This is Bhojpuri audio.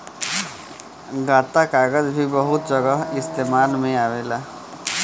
गत्ता कागज़ भी बहुत जगह इस्तेमाल में आवेला